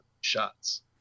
shots